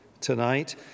tonight